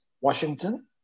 Washington